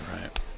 right